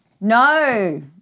No